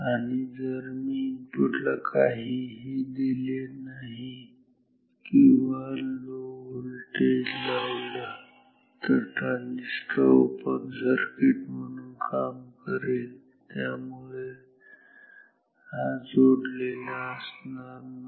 आणि जर मी इनपुटला काहीही दिले नाही किंवा लो व्होल्टेज लावला तर ट्रांजिस्टर ओपन सर्किट म्हणून काम करेल त्यामुळे हा जोडलेला असणार नाही